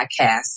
podcast